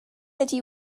ydy